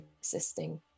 existing